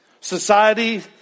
Society